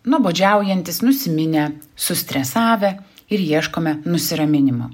nuobodžiaujantys nusiminę sustresavę ir ieškome nusiraminimo